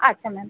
আচ্ছা ম্যাম